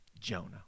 Jonah